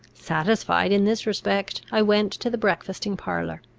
satisfied in this respect, i went to the breakfasting parlour,